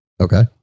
Okay